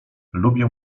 lubię